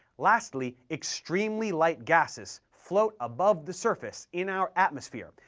lastly, extremely light gases float above the surface in our atmosphere,